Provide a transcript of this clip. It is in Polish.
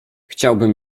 chciałbym